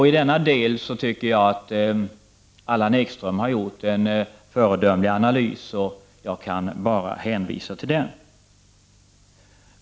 I denna del tycker jag att Allan Ekström har gjort en föredömlig analys, och jag kan bara hänvisa till den.